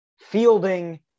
fielding